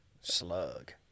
Slug